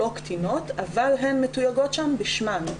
לא קטינות אבל הן מתויגות שם בשמן,